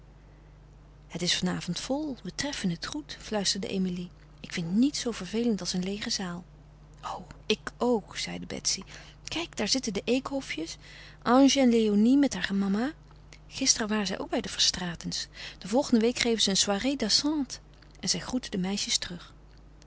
het is vanavond vol we treffen het goed fluisterde emilie ik vind niets zoo vervelend als een leêge zaal o ik ook zeide betsy kijk daar zitten de eekhofjes ange en léonie met haar mama gisteren waren zij ook bij de verstraetens de volgende week geven ze een soirée dansante en zij groette de meisjes terug